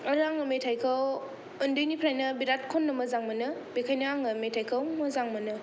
आरो आङो मेथाइखौ उन्दैनिफ्रायनो बिराद खननो मोजां मोनो बेखायनो आङो मेथाइखौ मोजां मोनो